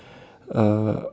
uh